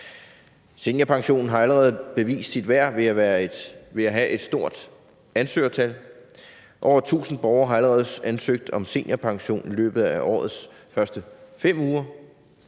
Seniorpensionen har allerede bevist sit værd ved at have et stort ansøgertal – over 1.000 borgere har allerede ansøgt om seniorpension i løbet af årets første 5 uger.